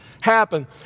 happen